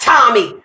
Tommy